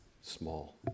small